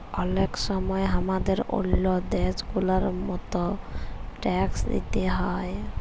অলেক সময় হামাদের ওল্ল দ্যাশ গুলার মত ট্যাক্স দিতে হ্যয়